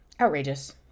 Outrageous